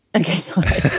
Okay